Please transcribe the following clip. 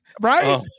Right